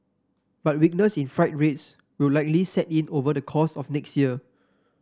but weakness in freight rates will likely set in over the course of next year